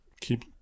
keep